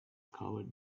covered